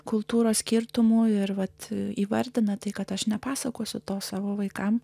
kultūros skirtumų ir vat įvardina tai kad aš nepasakosiu to savo vaikams